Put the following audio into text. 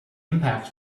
impact